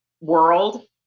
world